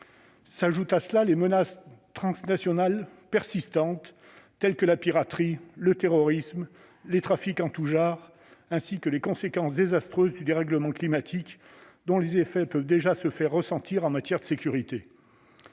s'ajoutent des menaces transnationales persistantes, telles que la piraterie, le terrorisme, les trafics en tout genre, ainsi que les conséquences désastreuses du dérèglement climatique, dont les effets peuvent déjà se faire sentir en matière de sécurité.